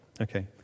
Okay